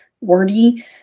wordy